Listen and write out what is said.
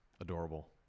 Adorable